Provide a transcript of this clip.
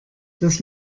das